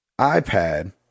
iPad